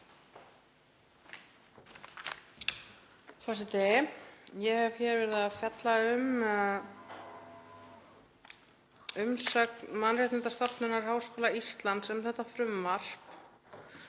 Forseti. Ég hef verið að fjalla um umsögn Mannréttindastofnunar Háskóla Íslands um þetta frumvarp.